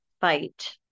fight